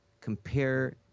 compare